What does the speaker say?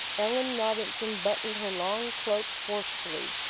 ellen robinson buttoned her long cloak forcefully,